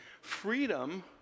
Freedom